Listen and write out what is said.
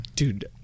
Dude